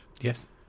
Yes